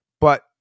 but-